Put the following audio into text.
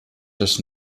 das